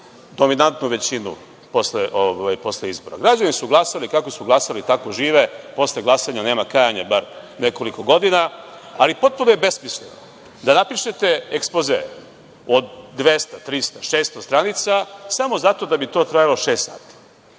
dominantnu većinu posle izbora. Građani su glasali kako su glasali tako žive, posle glasanja nema kajanja bar nekoliko godina, ali potpuno je besmisleno da napišete ekspoze od dvesta, trista, šesto stranica samo zato da bi to trajalo šest sati.